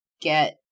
get